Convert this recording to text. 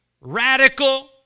radical